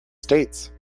states